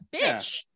Bitch